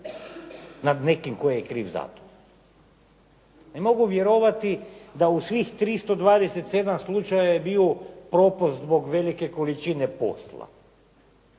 nad nekim tko je kriv zato. Ne mogu vjerovati da u svih 327 slučajeva je bio propust zbog velike količine posla